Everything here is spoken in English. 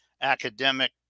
academic